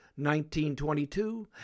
1922